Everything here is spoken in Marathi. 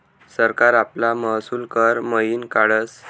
सरकार आपला महसूल कर मयीन काढस